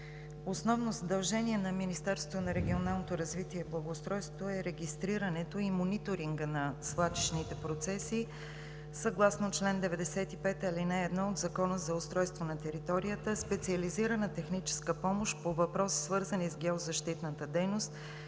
основно задължение на Министерството на регионалното развитие и благоустройството е регистрирането и мониторингът на свлачищните процеси. Съгласно чл. 95, ал. 1 от Закона за устройство на територията специализирана техническа помощ по въпроси, свързани с геозащитната дейност,